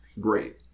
Great